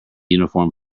uniform